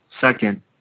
Second